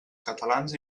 catalans